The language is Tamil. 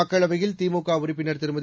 மக்களவையில் திமுக உறுப்பினர் திருமதி